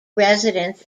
residents